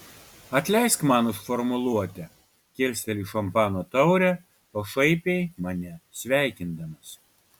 atleisk man už formuluotę kilsteli šampano taurę pašaipiai mane sveikindamas